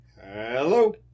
hello